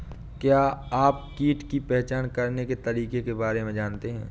क्या आप कीट की पहचान करने के तरीकों के बारे में जानते हैं?